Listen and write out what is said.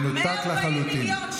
מנותק לחלוטין.